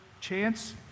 chance